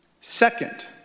Second